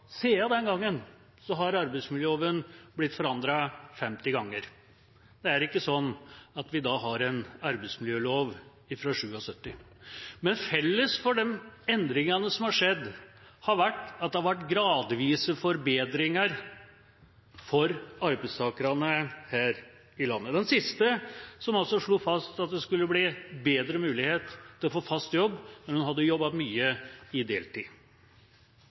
Siden den gangen har arbeidsmiljøloven blitt forandret 50 ganger. Det er ikke sånn at vi i dag har en arbeidsmiljølov fra 1977. Men felles for de endringene som har skjedd, har vært at det har vært gradvise forbedringer for arbeidstakerne her i landet. Den siste slo fast at det skulle bli bedre mulighet til å få fast jobb når man hadde jobbet mye deltid. Det er første gangen vi har et flertall i